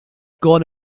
gone